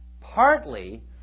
partly